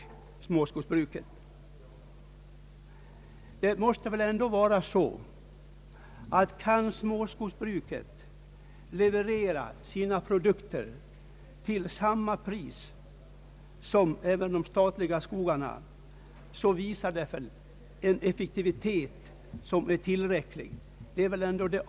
Kan småskogsbruket emellertid leverera sina produkter till samma pris som de statliga företagen så är det väl ett bevis på tillräcklig effektivitet.